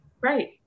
Right